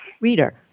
reader